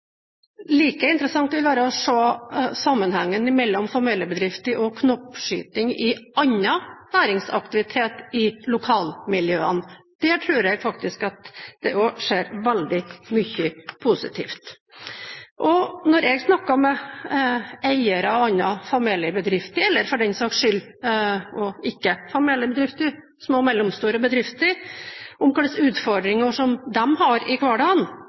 Like interessant ville det være å se på sammenhengen mellom familiebedriftene og knoppskyting i annen næringsaktivitet i lokalmiljøene. Der tror jeg faktisk også at det skjer veldig mye positivt. Når jeg snakker med eiere og andre i familiebedrifter – eller for den saks skyld også i små- og mellomstore bedrifter som ikke er familiebedrifter – om hva slags utfordringer de har i hverdagen,